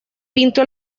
pintó